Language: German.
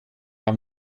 auf